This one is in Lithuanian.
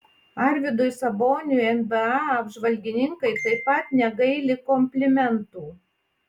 arvydui saboniui nba apžvalgininkai taip pat negaili komplimentų